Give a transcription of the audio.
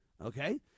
Okay